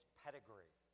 pedigree